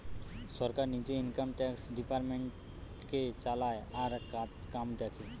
সরকার নিজে income tax ডিপার্টমেন্টটাকে চালায় আর কাজকাম দেখে